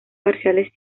parciales